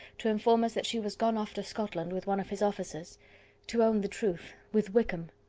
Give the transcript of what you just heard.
to inform us that she was gone off to scotland with one of his officers to own the truth, with wickham!